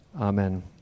Amen